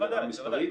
בוודאי.